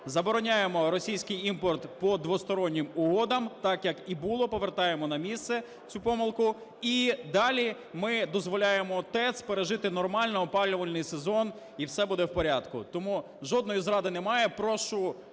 забороняємо російський імпорт по двостороннім угодам, так, як і було, повертаємо на місце цю помилку, і далі ми дозволяємо ТЕЦ пережити нормально опалювальний сезон, і все буде в порядку. Тому жодної зради немає. Прошу